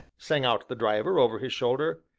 sang out the driver, over his shoulder.